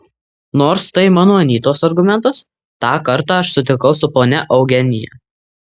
nors tai mano anytos argumentas tą kartą aš sutikau su ponia eugenija